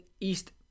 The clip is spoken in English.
East